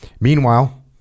Meanwhile